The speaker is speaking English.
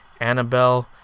Annabelle